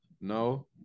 No